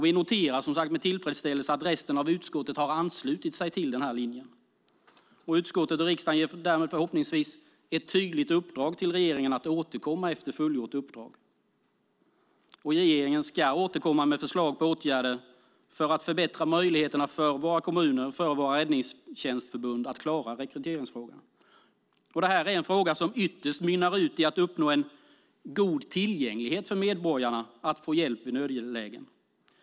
Vi noterar med tillfredsställelse att resten av utskottet har anslutit sig till denna linje. Utskottet och riksdagen ger därmed förhoppningsvis ett tydligt uppdrag till regeringen att återkomma efter fullgjort uppdrag. Regeringen ska återkomma med förslag på åtgärder för att förbättra möjligheterna för våra kommuner och räddningstjänstförbund att klara rekryteringsfrågan. Detta är en fråga som ytterst mynnar ut i att uppnå god tillgänglighet för medborgarna när det gäller att få hjälp i nödlägen.